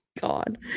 God